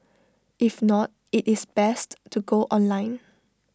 if not IT is best to go online